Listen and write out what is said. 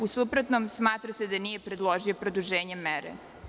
U suprotnom, smatra se da nije predložio produženje mere.